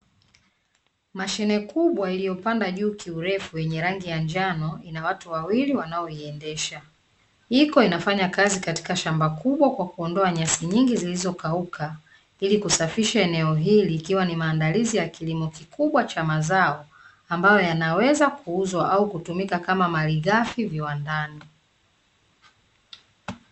Mashine kubwa iliyopanda juu kiurefu yenye rangi ya njano inawatu wawili wanayoiendesha, iko inafanya kazi katika shamba kubwa kwa kuondoa nyasi nyingi zilizokauka ili kusafisha eneo hili ili ikiwa ni maandalizi ya kilimo kikubwa cha mazao ambayo yanaweza kuuzwa au kutumika kama malighafi viwandani.